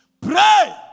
Pray